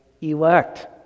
elect